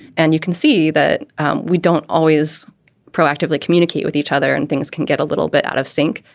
and you can see that we don't always proactively communicate with each other and things can get a little bit out of sync,